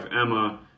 Emma